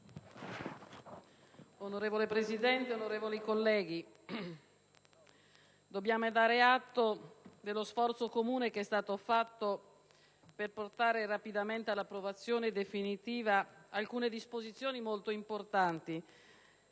Signora Presidente, onorevoli colleghi, dobbiamo dare atto dello sforzo comune che è stato fatto per portare rapidamente all'approvazione definitiva alcune disposizioni molto importanti,